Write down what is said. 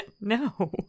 No